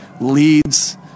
leads